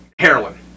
Heroin